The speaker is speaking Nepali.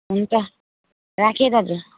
हुन्छ राखेँ है दाजु